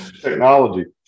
technology